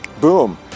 boom